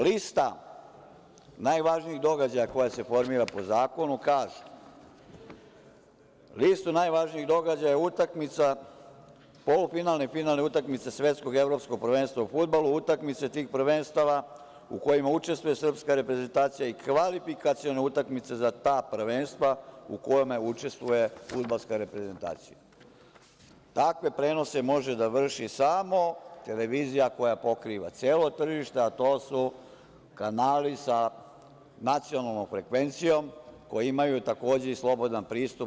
Lista najvažnijih događaja koja se formira po zakonu kaže - listu najvažnijih događaja utakmica, polufinalne i finalne utakmice Svetskog i Evropskog prvenstva u fudbalu, utakmice prvenstava u kojima učestvuje srpska reprezentacija i kvalifikacione utakmice za ta prvenstva u kojima učestvuje fudbalska reprezentacija, takve prenose može da vrši samo televizija koja pokriva celo tržište, a to su kanali sa nacionalnom frekvencijom, koji imaju takođe i slobodan pristup.